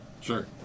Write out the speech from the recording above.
Sure